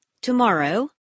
tomorrow